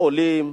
לעולים,